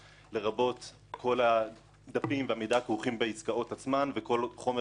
לרבות כל הדפים והמידע הכרוכים בעסקאות עצמן וכל חומר אחר,